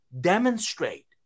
demonstrate